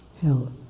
health